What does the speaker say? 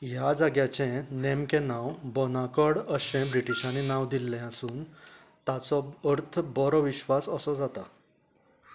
ह्या जाग्याचें नेमकें नांव बोनाकॉर्ड अशें ब्रिटीशांनी नांव दिल्लें आसून ताचो अर्थ बरो विश्वास असो जाता